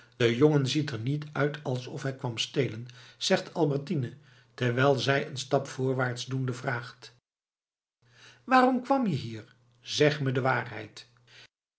de jongen ziet er niet uit alsof hij kwam stelen zegt albertine terwijl zij een stap voorwaarts doende vraagt waarom kwam je hier zeg me de waarheid